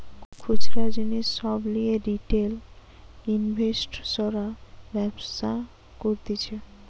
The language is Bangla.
খুচরা জিনিস সব লিয়ে রিটেল ইনভেস্টর্সরা ব্যবসা করতিছে